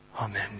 Amen